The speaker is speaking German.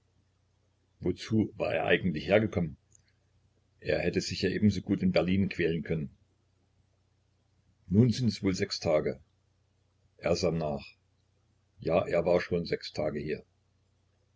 wozu war er eigentlich hergekommen er hätte sich ja ebenso gut in berlin quälen können nun sind es wohl sechs tage er sann nach ja er war schon sechs tage hier